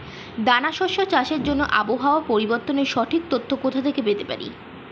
দানা শস্য চাষের জন্য আবহাওয়া পরিবর্তনের সঠিক তথ্য কোথা থেকে পেতে পারি?